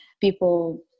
people